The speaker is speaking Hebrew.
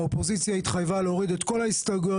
האופוזיציה התחייבה להוריד את כל ההסתייגויות